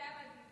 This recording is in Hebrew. וזה היה מדהים.